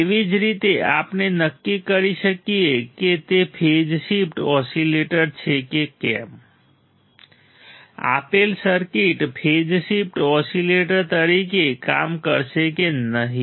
એવી જ રીતે આપણે નક્કી કરી શકીએ કે તે ફેઝ શિફ્ટ ઓસિલેટર છે કે કેમ આપેલ સર્કિટ ફેઝ શિફ્ટ ઓસિલેટર તરીકે કામ કરશે કે નહીં